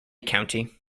county